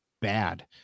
bad